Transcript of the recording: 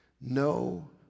No